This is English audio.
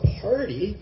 party